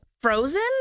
frozen